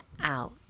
out